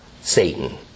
Satan